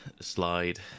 slide